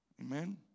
Amen